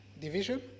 Division